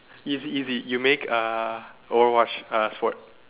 is easy you make uh overwatch uh a sport